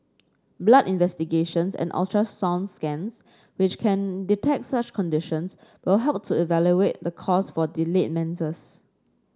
blood investigations and ultrasound scans which can detect such conditions will help to evaluate the cause for delayed menses